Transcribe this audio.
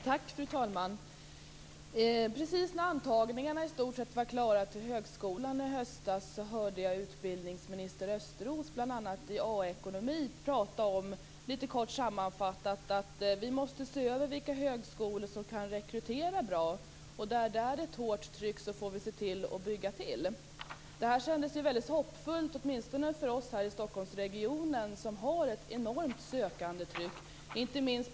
Fru talman! Precis när antagningarna i stort sett var klara till högskolan i höstas hörde jag utbildningsminister Östros, bl.a. i A-ekonomi, prata om, lite kort sammanfattat, att vi måste se över vilka högskolor som kan rekrytera bra, och där det är ett hårt tryck får vi se till att bygga till. Detta kändes väldigt hoppfullt, åtminstone för oss här i Stockholmsregionen som har ett enormt sökandetryck.